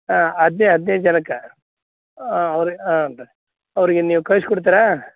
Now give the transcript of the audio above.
ಹಾಂ ಅದ್ನೈ ಹದಿನೈದು ಜನಕ್ಕೆ ಅವ್ರಿಗೆ ಹ್ಞೂ ರಿ ಅವರಿಗೆ ನೀವು ಕಳಿಸ್ಕೊಡ್ತೀರಾ